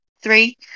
three